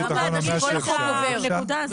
חשוב להדגיש את הנקודה הזאת,